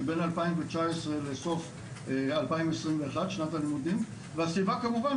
שבין 2019 לסוף 2021 שנת הלימודים והסיבה כמובן,